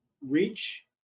reach